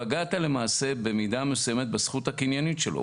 פגעת במידה מסוימת בזכות הקניינית שלו,